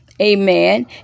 Amen